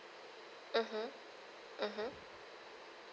mmhmm mmhmm